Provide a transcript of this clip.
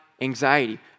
anxiety